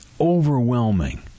Overwhelming